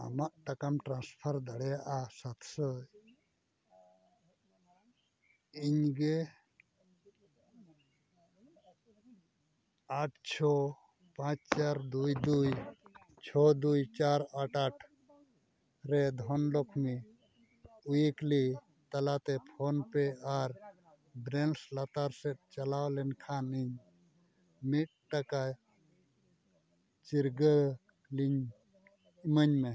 ᱟᱢ ᱴᱟᱠᱟᱢ ᱴᱨᱟᱱᱥᱯᱷᱟᱨ ᱫᱟᱲᱮᱭᱟᱜᱼᱟ ᱥᱟᱛ ᱥᱚ ᱤᱧᱟᱹᱜ ᱟᱴ ᱪᱷᱚ ᱯᱟᱸᱪ ᱪᱟᱨ ᱫᱩᱭ ᱫᱩᱭ ᱪᱷᱚ ᱫᱩᱭ ᱪᱟᱨ ᱟᱴ ᱟᱴ ᱨᱮ ᱫᱷᱚᱱᱚᱞᱚᱠᱠᱷᱤ ᱩᱭᱤᱠᱞᱤ ᱛᱟᱞᱟᱛᱮ ᱯᱷᱳᱱᱯᱮ ᱟᱨ ᱵᱮᱞᱮᱱᱥ ᱞᱟᱛᱟᱨ ᱥᱮᱫ ᱪᱟᱞᱟᱣ ᱞᱮᱱᱠᱷᱟᱱ ᱤᱧ ᱢᱤᱫᱴᱟᱝ ᱪᱤᱨᱜᱟᱹᱞ ᱤᱢᱟᱹᱧᱢᱮ